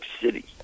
City